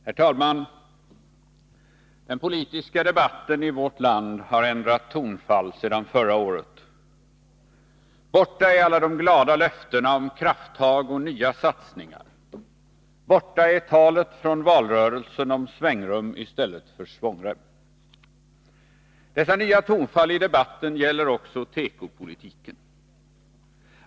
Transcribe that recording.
Herr talman! Den politiska debatten i vårt land har ändrat tonfall sedan förra året. Borta är alla de glada löftena om krafttag och nya satsningar. Borta är talet från valrörelsen om svängrum i stället för svångrem. Detta nya tonfall i debatten gäller också tekopolitiken.